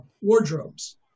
wardrobes